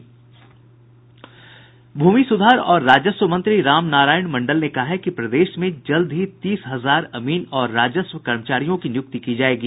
भूमि सुधार और राजस्व मंत्री राम नारायण मंडल ने कहा है कि प्रदेश में जल्द ही तीस हजार अमीन और राजस्व कर्मचारियों की नियुक्ति की जायेगी